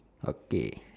okay